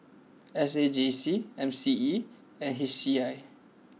S A J C M C E and H C I